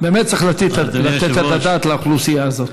באמת צריך לתת את הדעת על האוכלוסייה הזאת.